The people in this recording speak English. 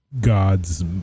God's